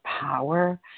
power